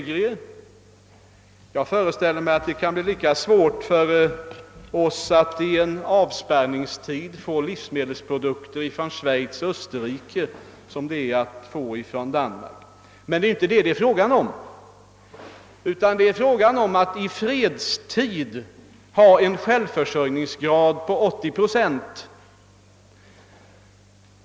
Det kan bli lika svårt för oss att i en avspärrningstid få livsmedelsprodukter från Schweiz och Österrike som från Danmark. Men det är inte detta frågan gäller; den gäller att vi i fredstid skall ha en självförsörjningsgrad på 80 procent.